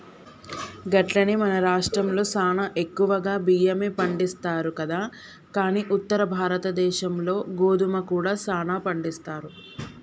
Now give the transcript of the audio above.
గట్లనే మన రాష్ట్రంలో సానా ఎక్కువగా బియ్యమే పండిస్తారు కదా కానీ ఉత్తర భారతదేశంలో గోధుమ కూడా సానా పండిస్తారు